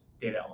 data